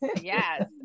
yes